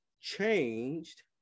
changed